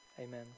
Amen